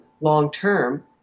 long-term